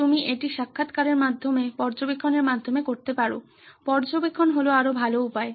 তুমি এটি সাক্ষাত্কারের মাধ্যমে পর্যবেক্ষণের মাধ্যমে করতে পারো পর্যবেক্ষণ হলো আরও ভালো উপায়